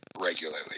regularly